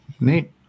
Neat